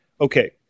okay